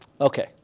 Okay